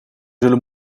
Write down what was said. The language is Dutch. zullen